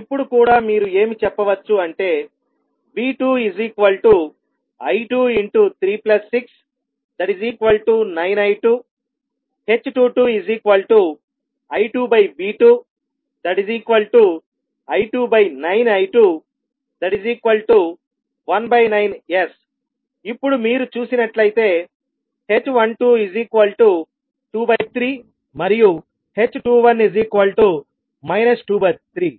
ఇప్పుడు కూడా మీరు ఏమి చెప్పవచ్చు అంటే V2I2369I2 h22I2V2I29I219S ఇప్పుడు మీరు చూసినట్లయితే h1223 మరియు h21 23